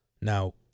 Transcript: Now